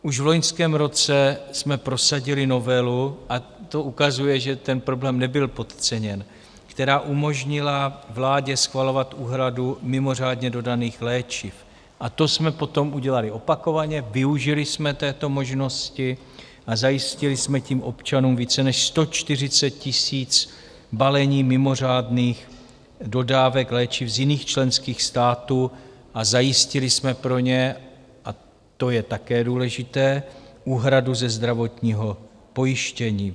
Už v loňském roce jsme prosadili novelu, a to ukazuje, že problém nebyl podceněn, která umožnila vládě schvalovat úhradu mimořádně dodaných léčiv, a to jsme potom udělali opakovaně, využili jsme této možnosti a zajistili jsme tím občanům více než 140 000 balení mimořádných dodávek léčiv z jiných členských států a zajistili jsme pro ně, a to je také důležité, úhradu ze zdravotního pojištění.